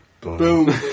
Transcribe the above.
Boom